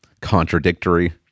contradictory